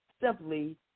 simply